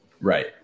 Right